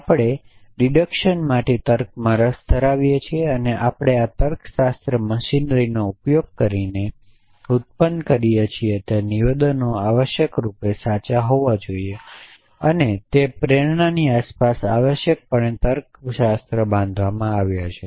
આપણે કપાત માટે તર્કમાં રસ ધરાવીએ છીએ કે આપણે આ તર્કશાસ્ત્ર મશીનરીનો ઉપયોગ કરીને કે ઉત્પન્ન કરીએ છીએ તે નિવેદનો આવશ્યકરૂપે સાચા હોવા જોઈએ અને તે પ્રેરણાની આસપાસ આવશ્યકપણે તર્કશાસ્ત્ર બાંધવામાં આવ્યા છે